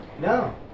No